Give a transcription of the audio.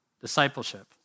Discipleship